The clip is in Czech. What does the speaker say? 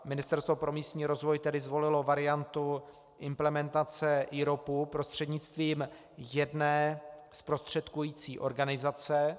Ministerstvo pro místní rozvoj tedy zvolilo variantu implementace IROPu prostřednictvím jedné zprostředkující organizace.